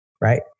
Right